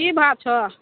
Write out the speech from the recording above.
की भाव छौ